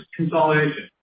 consolidation